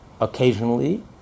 Occasionally